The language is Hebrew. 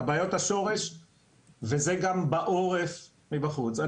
וזה גם בעורף, מבחוץ.